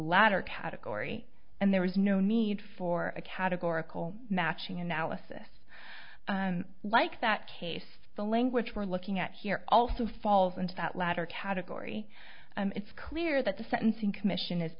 latter category and there was no need for a categorical matching analysis like that case the language we're looking at here also falls into that latter category it's clear that the sentencing commission is